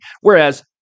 whereas